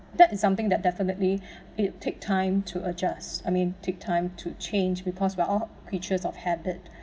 that is something that definitely it take time to adjust I mean take time to change because we're all creatures of habit